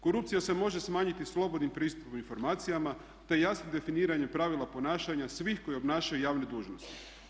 Korupcija se može smanjiti i slobodnim pristupom informacijama te jasnim definiranjem pravila ponašanja svih koji obnašaju javne dužnosti.